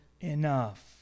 enough